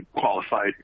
qualified